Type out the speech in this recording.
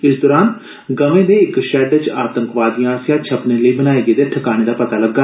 इस दौरान गर्वे दे इक शैड च आतंकवादियें आसेया छपने लेई बनाए गेदे ठकाने दा पता लग्गा